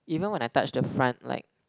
even when I touch the front like